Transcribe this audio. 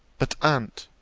but, aunt,